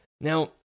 Now